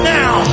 now